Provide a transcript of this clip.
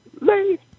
late